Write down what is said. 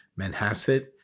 Manhasset